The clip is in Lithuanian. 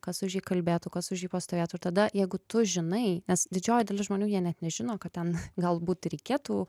kas už jį kalbėtų kas už jį pastovėtų tada jeigu tu žinai nes didžioji dalis žmonių jie net nežino kad ten galbūt reikėtų